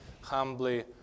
humbly